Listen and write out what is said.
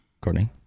Courtney